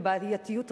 ובעייתיות רבה,